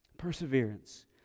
Perseverance